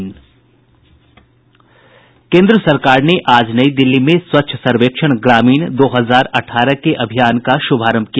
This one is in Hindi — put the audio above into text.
केन्द्र सरकार ने आज नई दिल्ली में स्वच्छ सर्वेक्षण ग्रामीण दो हजार अठारह के अभियान का शुभारंभ किया